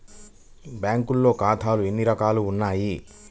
బ్యాంక్లో ఖాతాలు ఎన్ని రకాలు ఉన్నావి?